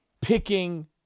picking